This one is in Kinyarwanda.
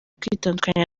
kwitandukanya